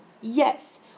Yes